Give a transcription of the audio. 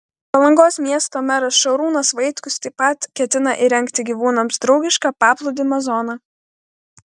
palangos miesto meras šarūnas vaitkus taip pat ketina įrengti gyvūnams draugišką paplūdimio zoną